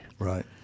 Right